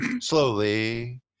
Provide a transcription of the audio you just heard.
slowly